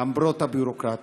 למרות הביורוקרטיה,